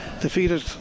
defeated